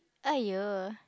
!aiyo!